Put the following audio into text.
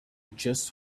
just